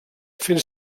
fent